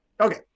Okay